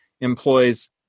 employs